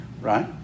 right